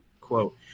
quote